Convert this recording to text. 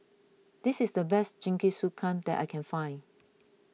this is the best Jingisukan that I can find